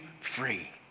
free